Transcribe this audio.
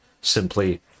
simply